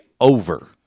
over